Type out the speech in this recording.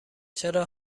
چرا